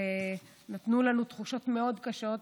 ונתנו לנו תחושות מאוד קשות,